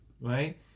right